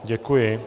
Děkuji.